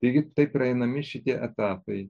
taigi taip praeinami šitie etapai